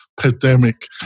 pandemic